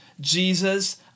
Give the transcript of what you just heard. Jesus